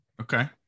Okay